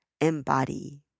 embody